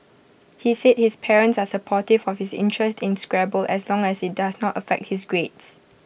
he said his parents are supportive of his interest in Scrabble as long as IT does not affect his grades